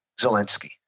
Zelensky